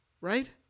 right